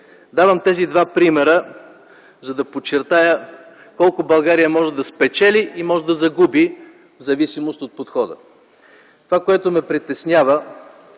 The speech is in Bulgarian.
Давам тези примери, за да подчертая колко може да спечели и може да загуби България в зависимост от подхода. Това, което ме притеснява